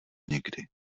někdy